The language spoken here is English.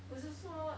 不是说